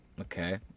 Okay